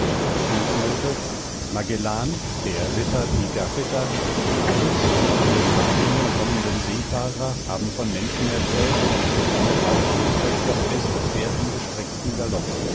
der ritter pigafetta wallis und alle nach ihnen kommenden seefahrer haben von menschen erzählt die so schnell laufen als das beste pferd im gestreckten galopp